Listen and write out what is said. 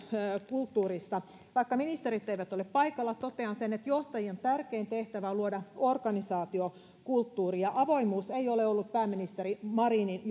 kulttuurista vaikka ministerit eivät ole paikalla totean sen että johtajien tärkein tehtävä on luoda organisaatiokulttuuria ja avoimuus ei ole ollut pääministeri marinin